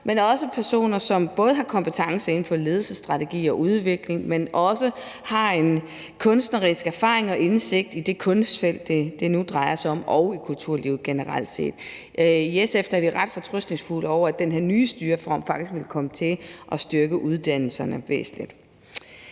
– også personer, som både har kompetencer inden for ledelsesstrategi og udvikling, men som også har en kunstnerisk erfaring og indsigt i det kunstfelt, det nu drejer sig om, og i kulturlivet generelt. I SF er vi ret fortrøstningsfulde over, at den her nye styreform faktisk vil komme til at styrke uddannelserne væsentligt.